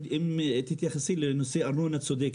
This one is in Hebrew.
אם תתייחסי לנושא ארנונה צודקת.